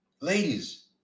ladies